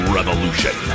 Revolution